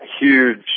huge